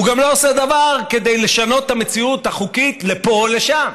הוא גם לא עושה דבר כדי לשנות את המציאות החוקית לפה או לשם.